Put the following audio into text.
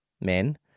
men